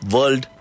World